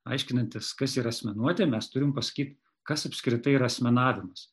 aiškinantis kas yra asmenuotė mes turim pasakyt kas apskritai yra asmenavimas